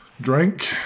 Drink